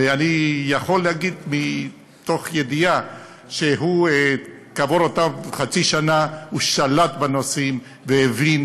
ואני יכול להגיד מידיעה שכעבור אותה חצי שנה הוא שלט בנושאים והבין,